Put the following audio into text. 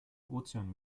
ozean